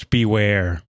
Beware